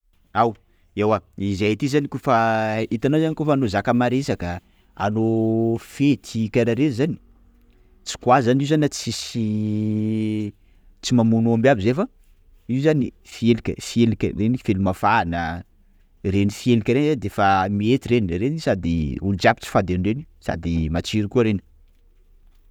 Ao, ewa izay ty zany koafa, hitanao zany koafa anao zaka maresaka, anao fety karaha reny zany, tsy kwa zany io na tsisyy tsy mamono aomby zay fa, io zany felika felika reny felimafana reny felika reny zany de efa mety reny, reny zany sady olo jiaby tsy fady any reny, sady matsiro koa reny.